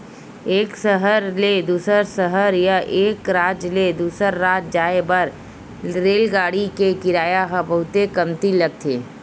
एक सहर ले दूसर सहर या एक राज ले दूसर राज जाए बर रेलगाड़ी के किराया ह बहुते कमती लगथे